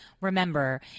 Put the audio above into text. Remember